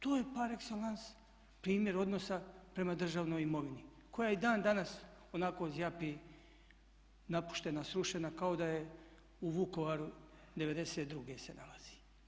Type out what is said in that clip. To je par excellence primjer odnosa prema državnom imovini koja i dan danas onako zjapi napuštena, srušena kao da je u Vukovaru '92. se nalazi.